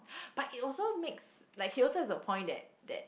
but it makes like she also has a point that that